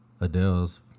Adele's